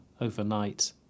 overnight